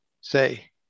say